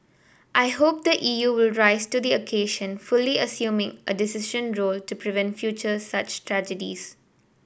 I hope the E U will rise to the occasion fully assuming a decisive role to prevent future such tragedies